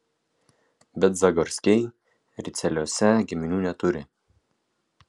bet zagorskiai ricieliuose giminių neturi